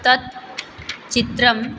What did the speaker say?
तत् चित्रं